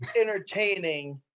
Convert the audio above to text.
entertaining